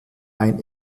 ein